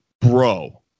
bro